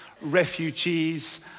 refugees